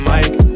Mike